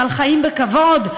אבל חיים בכבוד,